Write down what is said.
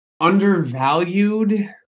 undervalued